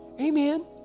Amen